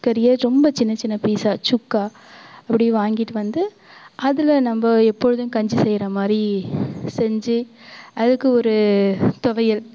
கறியை ரொம்ப சின்னச்சின்ன பீஸாக சுக்கா அப்படி வாங்கிட்டு வந்து அதில் நம்ப எப்பொழுதும் கஞ்சி செய்யறமாதிரி செஞ்சு அதுக்கு ஒரு துவையல்